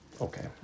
Okay